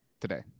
today